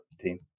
team